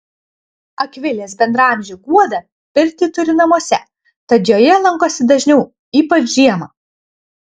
akvilės bendraamžė guoda pirtį turi namuose tad joje lankosi dažniau ypač žiemą